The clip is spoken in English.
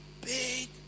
big